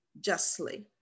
justly